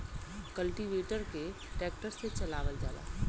cultivator के tractor से चलावल जाला